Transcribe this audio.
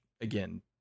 again